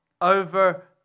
over